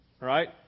right